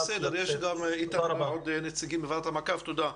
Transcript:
בסדר, יש איתנו עוד נציגים מוועדת המעקב, תודה לך.